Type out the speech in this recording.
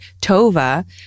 Tova